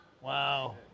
wow